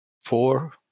four